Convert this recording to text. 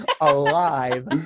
alive